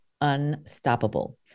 unstoppable